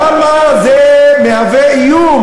למה זה מהווה איום?